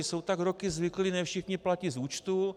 Jsou tak roky zvyklí, ne všichni platí z účtů.